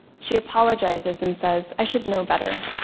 she apologizes and says, i should know better.